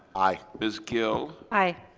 aye ms. gill, aye.